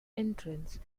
entrance